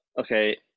okay